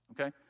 okay